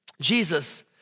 Jesus